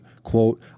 Quote